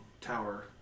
tower